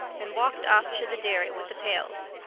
and walked off to the dairy with the pails.